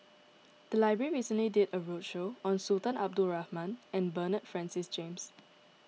the library recently did a roadshow on Sultan Abdul Rahman and Bernard Francis James